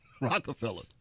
Rockefeller